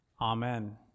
AMEN